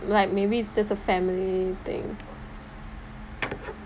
like maybe it's just a family thing